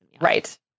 Right